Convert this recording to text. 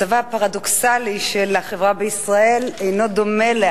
מצבה הפרדוקסלי של החברה בישראל אינו דומה למצבה